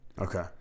Okay